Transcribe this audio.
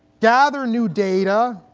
gather new data